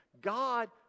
God